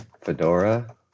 Fedora